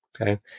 Okay